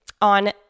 on